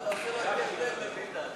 לסעיף 89,